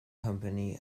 company